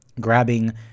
grabbing